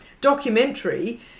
documentary